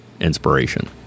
inspiration